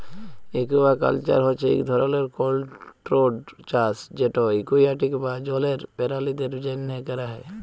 aquaculture হছে ইক ধরলের কল্ট্রোল্ড চাষ যেট একুয়াটিক বা জলের পেরালিদের জ্যনহে ক্যরা হ্যয়